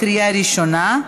לקריאה ראשונה,